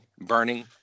burning